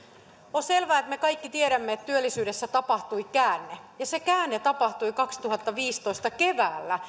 on selvää että me kaikki tiedämme että työllisyydessä tapahtui käänne ja se käänne tapahtui kaksituhattaviisitoista keväällä